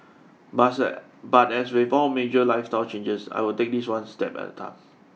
but but as with all major lifestyle changes I'll take this one step at a time